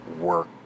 work